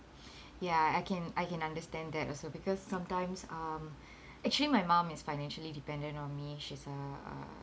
ya I can I can understand that also because sometimes um actually my mom is financially dependent on me she's a